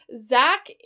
Zach